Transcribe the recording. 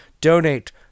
Donate